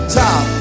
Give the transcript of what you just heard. top